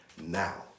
now